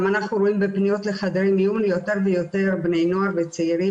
גם אנחנו בפניות לחדרי מיון רואים יותר ויותר בני נוער וצעירים